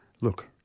look